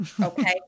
okay